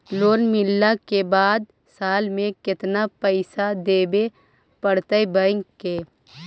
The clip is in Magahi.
लोन मिलला के बाद साल में केतना पैसा देबे पड़तै बैक के?